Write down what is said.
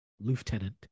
lieutenant